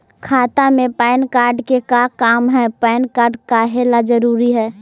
खाता में PAN card के का काम है पैन कार्ड काहे ला जरूरी है?